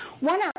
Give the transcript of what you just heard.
One